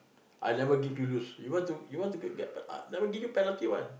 I never give you lose you want to you want to get get uh never give you penalty one